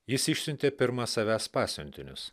jis išsiuntė pirma savęs pasiuntinius